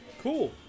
Cool